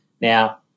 now